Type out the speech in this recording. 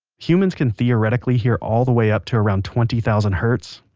humans can theoretically hear all the way up to around twenty thousand hertz,